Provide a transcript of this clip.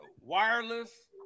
wireless